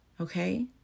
okay